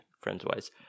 friends-wise –